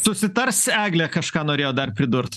susitars eglė kažką norėjo dar pridurt